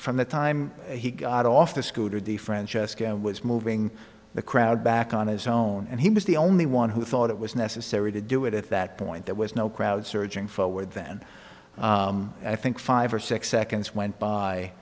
from the time he got off the scooter the francesco was moving the crowd back on his own and he was the only one who thought it was necessary to do it at that point there was no crowd surging forward then i think five or six seconds went by